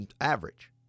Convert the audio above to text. average